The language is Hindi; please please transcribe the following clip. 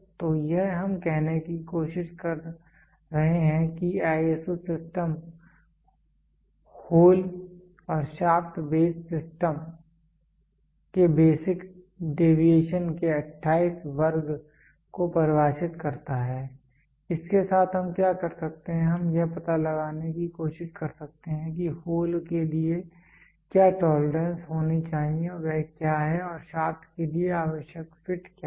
तो यह हम कहने की कोशिश कर रहे हैं कि ISO सिस्टम होल और शाफ्ट बेस सिस्टम के लिए बेसिक डेविएशन के 28 वर्ग को परिभाषित करता है इसके साथ हम क्या कर सकते हैं हम यह पता लगाने की कोशिश कर सकते हैं कि होल के लिए क्या टोलरेंस होनी चाहिए वह क्या है और शाफ्ट के लिए आवश्यक फिट क्या है